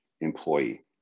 employee